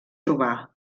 trobar